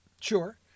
sure